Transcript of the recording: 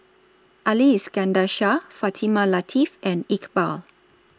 Ali Iskandar Shah Fatimah Lateef and Iqbal